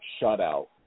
shutout